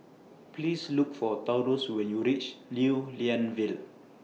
Please Look For Taurus when YOU REACH Lew Lian Vale